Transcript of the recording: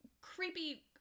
creepy